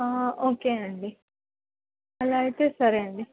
okay అండి అలా అయితే సరే అండి